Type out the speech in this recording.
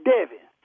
Devin